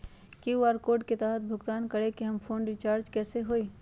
QR code के तहद भुगतान करके हम फोन रिचार्ज कैसे होई?